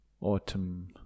autumn